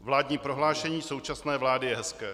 Vládní prohlášení současné vlády je hezké.